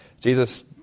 Jesus